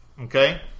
Okay